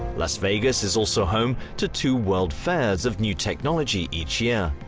las vegas is also home to two world fairs of new technology each year.